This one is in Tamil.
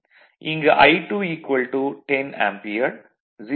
இங்கு I2 10 ஆம்பியர் 0